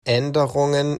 änderungen